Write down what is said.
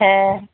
হ্যাঁ